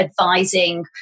advising